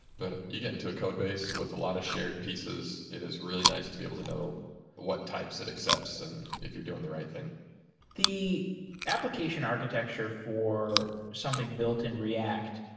but you get into a code base with a lot of shared pieces, it is really nice to be able to know what types it accepts and if you're doing the right thing the application architecture for something built in react,